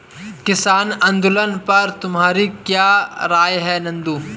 किसान आंदोलन पर तुम्हारी क्या राय है नंदू?